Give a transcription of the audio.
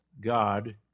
God